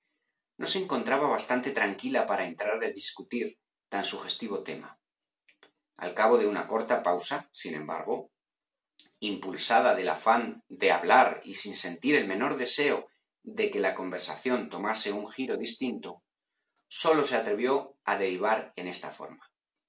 se encontraba bastante tranquila para entrar a discutir tan sugestivo tema al cabo de una corta pausa sin embargo impulsada del afán de hablar y sin sentir el menor deseo de que la conversación tomase un giro distinto sólo se atrevió a derivar en esta forma